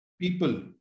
people